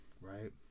right